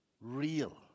real